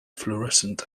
fluorescent